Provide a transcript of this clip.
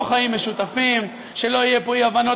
לא חיים משותפים, שלא יהיו פה אי-הבנות.